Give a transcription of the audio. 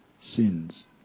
sins